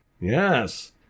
Yes